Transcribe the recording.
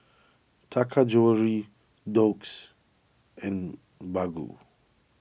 Taka Jewelry Doux and Baggu